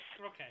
Okay